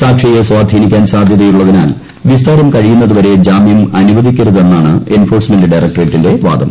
സാക്ഷിട്ടയ്ക്ക് സ്വാധീനിക്കാൻ സാധ്യതയുള്ളതിനാൽ വിസ്താരം കഴിയുന്നതുഷ്ക്ക് ജാമ്യം അനുവദിക്കരുതെന്നാണ് എൻഫോ ഴ്സ്മെന്റ് ഡയറക്ടറേറ്റിന്റെ ്വാദം